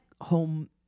home